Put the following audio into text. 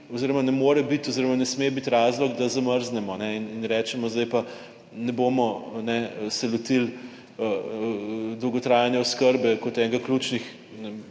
oziroma ne more biti oziroma ne sme biti razlog, da zamrznemo in rečemo: zdaj pa ne bomo se lotili dolgotrajne oskrbe kot enega ključnih,